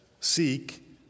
seek